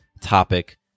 topic